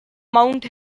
mount